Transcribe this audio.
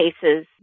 cases